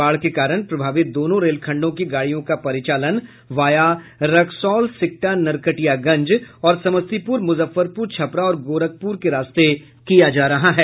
बाढ़ के कारण प्रभावित दोनों रेलखंडों की गाड़ियों का परिचालन भाया रक्सौल सिकटा नरकटियागंज और समस्तीपुर मुजफ्फरपुर छपरा और गोरखपुर के रास्ते किया जा रहा है